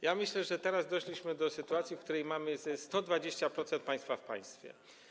Ja myślę, że teraz doszliśmy do sytuacji, w której mamy 120% państwa w państwie.